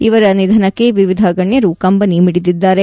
ಇವರ ನಿಧನಕ್ಕೆ ವಿವಿಧ ಗಣ್ಯರು ಕಂಬನಿ ಮಿಡಿದಿದ್ದಾರೆ